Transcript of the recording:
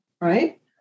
Right